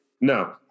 No